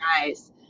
guys